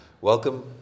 Welcome